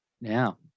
now